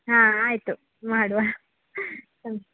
ಹಾಂ ಆಯಿತು ಮಾಡುವ ಹ್ಞೂ